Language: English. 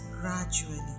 gradually